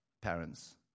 parents